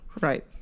right